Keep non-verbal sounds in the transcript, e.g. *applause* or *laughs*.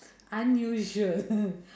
unusual *laughs*